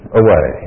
away